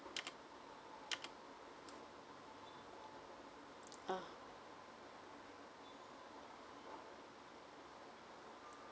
uh